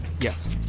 Yes